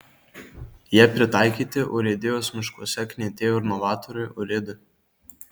ją pritaikyti urėdijos miškuose knietėjo ir novatoriui urėdui